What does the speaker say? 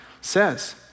says